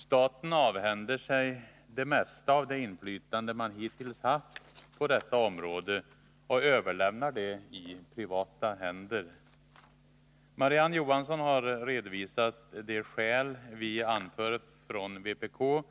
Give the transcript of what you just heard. Staten avhänder sig det mesta av det inflytande man hittills haft på detta område och överlämnar det i privata händer. Marie-Ann Johansson har redovisat de skäl vi anför från vpk